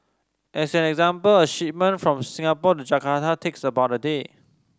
as an example a shipment from Singapore to Jakarta takes about a day